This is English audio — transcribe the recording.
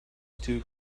stew